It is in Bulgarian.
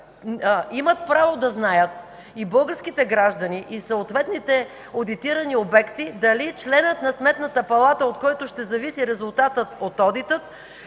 имат право да знаят и българските граждани, и съответните одитирани обекти дали членът на Сметната палата, от който ще зависи резултата от одита,